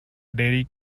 dairy